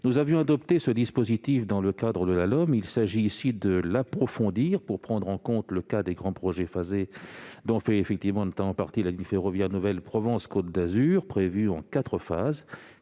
Nous avions adopté ce dispositif dans le cadre de la LOM. Il s'agit ici de l'approfondir pour prendre en compte le cas des grands projets phasés, dont fait effectivement partie la ligne ferroviaire nouvelle Provence-Côte d'Azur, prévue en quatre phases,